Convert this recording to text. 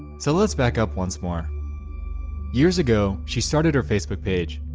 so let's back up once more years ago she started her facebook page.